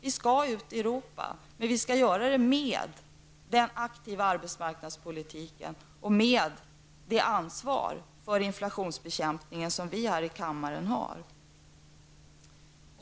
Vi skall ut i Europa, men vi skall göra det med den aktiva arbetsmarknadspolitiken och med det ansvar för inflationsbekämpningen som vi här i kammaren har.